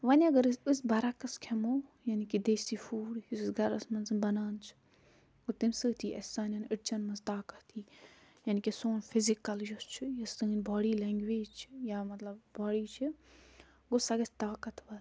وۄنۍ اگر أسۍ أسۍ برعکس کھیٚمو یعنی کہ دیسی فوڈ یُس اسہِ گھرَس منٛز بَنان چھُ گوٚۄ تَمہِ سۭتۍ یی اسہِ سانیٚن أڑجیٚن منٛز طاقَت یی یعنی کہ سون فِزِکٕل یُس چھُ یۄس سٲنۍ باڈی لَنٛگویج چھِ یا مطلب باڈی چھِ گوٚو سۄ گژھہِ طاقتور